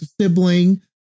sibling